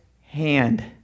hand